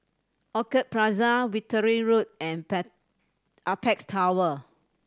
Orchid Plaza Wittering Road and Apex Tower